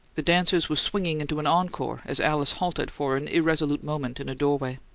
the dancers were swinging into an encore as alice halted for an irresolute moment in a doorway.